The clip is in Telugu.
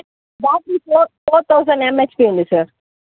battery sir four thousand mAh ఉంది సార్